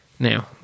Now